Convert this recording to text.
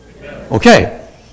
Okay